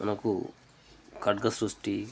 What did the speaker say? మనకు ఖడ్గ సృష్టి